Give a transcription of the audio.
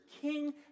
king